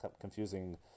confusing